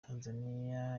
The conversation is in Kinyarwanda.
tanzaniya